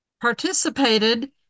participated